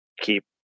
keep